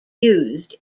used